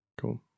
Cool